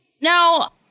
now